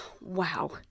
Wow